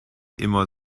immer